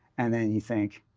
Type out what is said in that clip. and then you think,